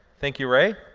thank you rae.